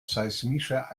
seismischer